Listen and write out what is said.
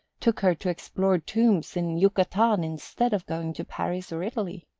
took her to explore tombs in yucatan instead of going to paris or italy.